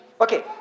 Okay